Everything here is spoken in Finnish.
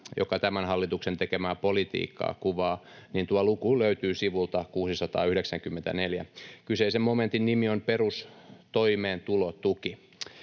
joka tämän hallituksen tekemää politiikkaa kuvaa, niin tuo luku löytyy sivulta 694. Kyseisen momentin nimi on Perustoimeentulotuki.